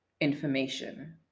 information